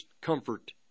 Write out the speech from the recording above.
comfort